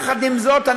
יחד עם זאת,